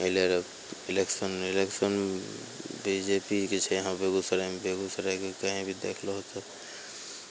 अयलै रहए election election B J P के छै यहाँ बेगूसरायमे बेगूसरायके कहीँ भी देख लहो तऽ